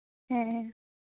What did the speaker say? ᱦᱮᱸ